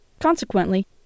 Consequently